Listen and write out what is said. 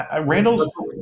Randall's